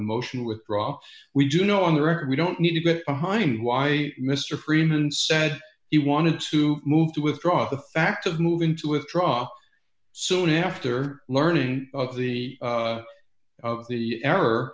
a motion withdraw we do know on the record we don't need to get behind why mr freeman said he wanted to move to withdraw the fact of moving to withdraw soon after learning of the of the